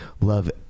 love